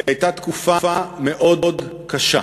הייתה תקופה מאוד קשה.